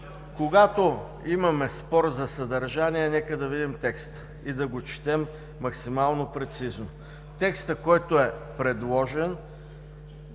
Когато имаме спор за съдържание, нека да видим текста и да го четем максимално прецизно. Текстът, който е предложен